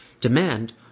Demand